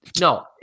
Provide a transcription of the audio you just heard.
No